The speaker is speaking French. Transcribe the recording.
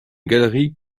galerie